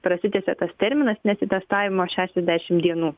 prasitęsia tas terminas nesitestavimo šešiasdešim dienų